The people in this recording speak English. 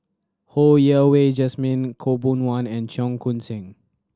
Ho Yen Wah Jesmine Khaw Boon Wan and Cheong Koon Seng